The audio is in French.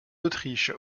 autriche